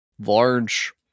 large